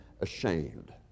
ashamed